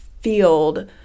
field